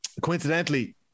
Coincidentally